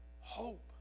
hope